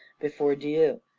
before diu.